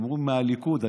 מהליכוד.